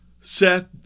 Seth